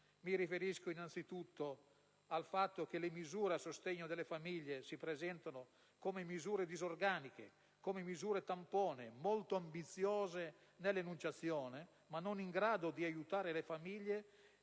Mi riferisco, anzitutto, al fatto che le misure a sostegno delle famiglie si presentano come disorganiche, misure tampone, molto ambiziose nell'enunciazione ma non in grado di aiutare le famiglie